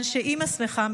מכיוון שאימא שמחה,